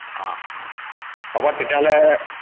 হ'ব তেতিয়াহ'লে